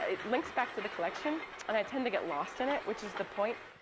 it links back to the collection and i tend to get lost in it, which is the point.